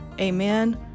amen